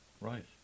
Right